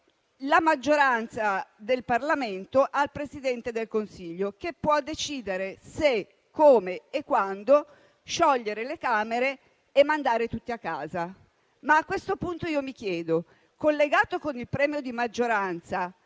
la maggioranza del Parlamento al Presidente del Consiglio, che può decidere se, come e quando sciogliere le Camere e mandare tutti a casa. A questo punto vi chiedo: collegato con il premio di maggioranza,